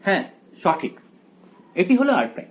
হ্যাঁ সঠিক এটি হলো r'